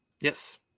Yes